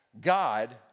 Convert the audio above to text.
God